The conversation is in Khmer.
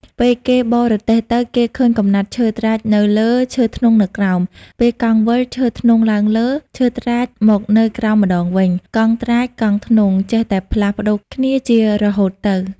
ពេលគេបររទេះទៅ គេឃើញកំណាត់ឈើត្រាចនៅលើ ឈើធ្នង់នៅក្រោម ពេលកង់វិល ឈើធ្នង់ឡើងលើ ឈើត្រាចមកនៅក្រោមម្តងវិញ កង់ត្រាច កង់ធ្នង់ ចេះតែផ្លាស់ប្តូរគ្នាជារហូតទៅ ។